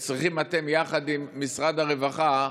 אתם, יחד עם משרד הרווחה,